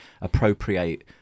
appropriate